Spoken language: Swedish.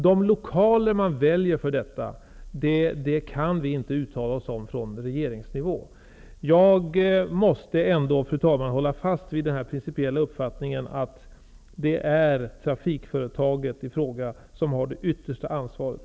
Vilka lokaler som man väljer för detta kan vi inte uttala oss om på regeringsnivå. Jag måste ändå, fru talman, hålla fast vid den principiella uppfattningen att det är trafikföretaget i fråga som har det yttersta ansvaret.